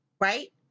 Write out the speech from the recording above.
Right